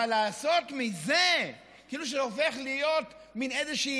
אבל לעשות מזה כאילו שזה הופך להיות איזושהי